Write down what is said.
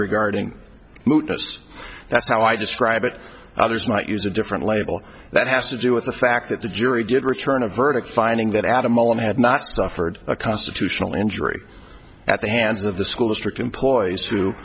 mootness that's how i describe it others might use a different label that has to do with the fact that the jury did return a verdict finding that adam alone had not suffered a constitutional injury at the hands of the school district employees